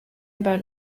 about